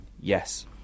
yes